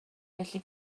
felly